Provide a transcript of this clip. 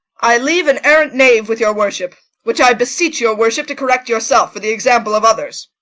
i leave an arrant knave with your worship which i beseech your worship to correct yourself, for the example of others.